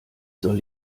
soll